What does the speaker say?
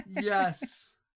Yes